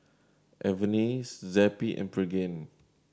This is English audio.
Avene Zappy and Pregain